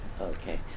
okay